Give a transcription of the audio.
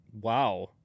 Wow